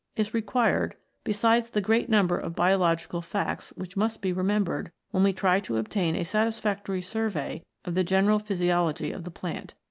is required besides the great number of biological facts which must be remembered when we try to obtain a satisfactory survey of the general physiology of the plant.